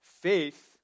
Faith